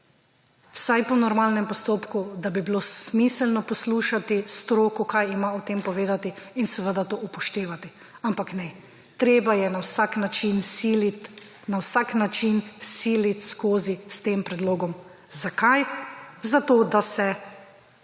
vsaj po normalnem postopku, da bi bilo smiselno poslušati stroko, kaj ima o tem povedati in seveda to upoštevati. Ampak ne, treba je na vsak način silit, na vsak način silit skozi s tem predlogom. Zakaj? Zato, da se